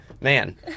man